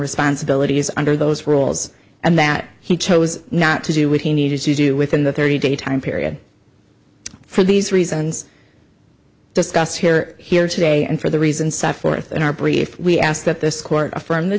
responsibilities under those rules and that he chose not to do what he needed to do within the thirty day time period for these reasons discussed here here today and for the reason set forth in our brief we ask that this court affirm the